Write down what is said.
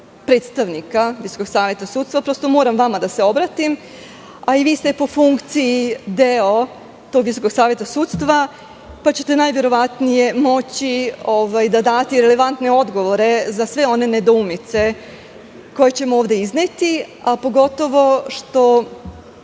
predstavnika Visokog saveta sudstva, prosto moram vama da se obratim, a i vi ste po funkciji deo tog Visokog saveta sudstva, pa ćete najverovatnije moći da date irelevantne odgovore za sve one nedoumice koje ćemo ovde izneti, a pogotovo što